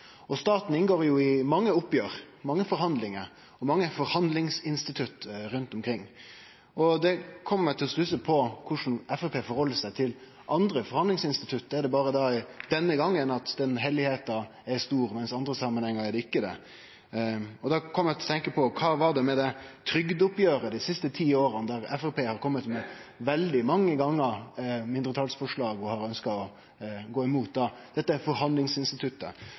for. Staten inngår i mange oppgjer, mange forhandlingar og mange forhandlingsinstitutt rundt omkring, og det fekk meg til å stusse over korleis Framstegspartiet stiller seg til andre forhandlingsinstitutt. Er det berre denne gongen at det heilage er så stort, mens det i andre samanhengar ikkje er det? Då kom eg til å tenkje på: Kva er det med trygdeoppgjeret dei siste ti åra, der Framstegspartiet veldig mange gonger har kome med mindretalsforslag og har ønskt å gå imot dette forhandlingsinstituttet?